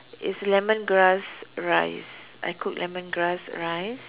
is lemongrass rice I cook lemongrass rice